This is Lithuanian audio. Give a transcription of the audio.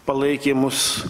palaikė mus